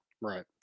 Right